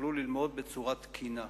שיוכלו ללמוד בצורה תקינה.